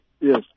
Yes